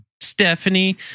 Stephanie